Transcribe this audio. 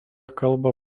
kalba